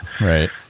right